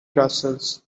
castles